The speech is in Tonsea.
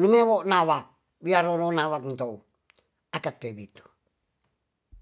lumewo nawa biaroronawa ento akat pebito.